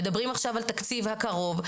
מדברים עכשיו על התקציב הקרוב.